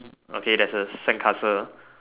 okay there's a sandcastle